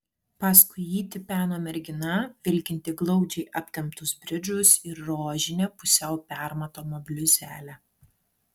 paskui jį tipeno mergina vilkinti glaudžiai aptemptus bridžus ir rožinę pusiau permatomą bliuzelę